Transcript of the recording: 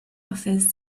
office